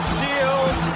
Shields